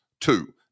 two